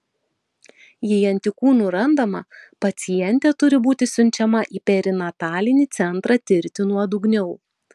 jei antikūnų randama pacientė turi būti siunčiama į perinatalinį centrą tirti nuodugniau